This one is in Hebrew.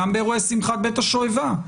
גם באירועי שמחת בית השואבה.